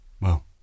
Well